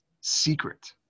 secret